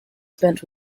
spent